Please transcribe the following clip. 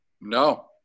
No